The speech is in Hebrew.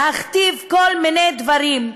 להכתיב כל מיני דברים,